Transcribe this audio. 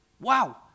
Wow